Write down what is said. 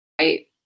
Right